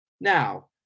now